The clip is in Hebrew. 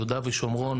יהודה ושומרון,